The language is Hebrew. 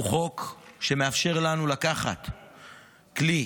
הוא חוק שמאפשר לנו לקחת כלי